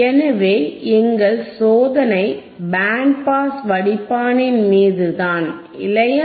எனவே எங்கள் சோதனை பேண்ட் பாஸ் வடிப்பானின் மீது தான் இல்லையா